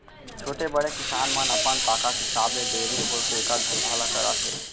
छोटे, बड़े किसान मन अपन ताकत हिसाब ले डेयरी खोलके एकर धंधा ल करत हें